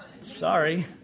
sorry